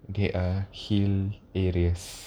they are hill areas